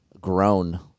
grown